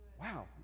Wow